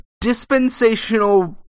dispensational